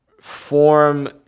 form